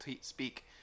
speak